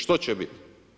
Što će biti?